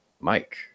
Mike